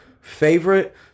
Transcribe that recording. favorite